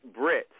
Brits